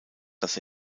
dass